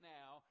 now